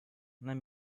let